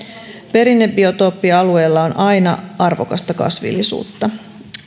perinnebiotooppialueella on aina arvokasta kasvillisuutta